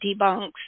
debunks